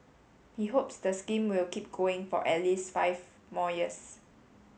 he hopes the scheme will keep going for at least five more years